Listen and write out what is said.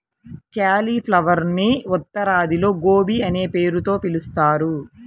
క్యాలిఫ్లవరునే ఉత్తరాదిలో గోబీ అనే పేరుతో పిలుస్తారు